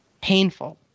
painful